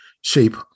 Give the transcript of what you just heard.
shape